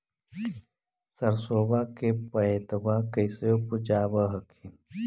सरसोबा के पायदबा कैसे उपजाब हखिन?